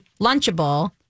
lunchable